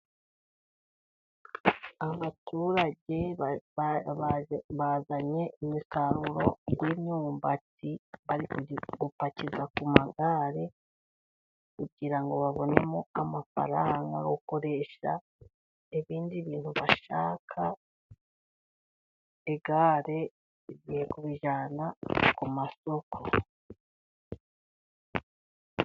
Abaturage bazanye umusaruro w'imyumbati, bari gupakira ku magare kugira ngo babonemo amafaranga yo gukoresha ibindi bintu bashaka. Igare rigiye kuyijyana ku isoko.